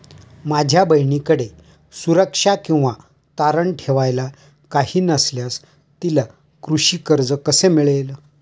माझ्या बहिणीकडे सुरक्षा किंवा तारण ठेवायला काही नसल्यास तिला कृषी कर्ज कसे मिळेल?